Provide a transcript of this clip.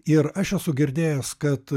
ir aš esu girdėjęs kad